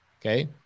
Okay